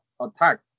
attack